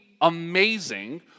amazing